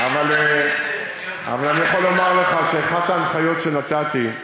אבל אני יכול לומר לך שאחת ההנחיות שנתתי,